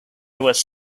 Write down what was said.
was